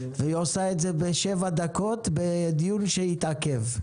והיא עושה את זה בשבע דקות, בדיון שהתעכב.